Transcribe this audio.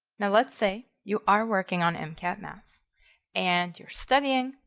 now let's say you are working on and mcat math and you're studying,